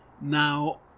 now